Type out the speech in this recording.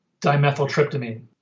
dimethyltryptamine